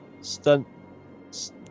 Stunt